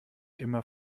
immer